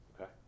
Okay